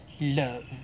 love